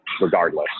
regardless